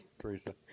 Teresa